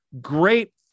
great